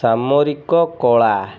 ସାମରିକ କଳା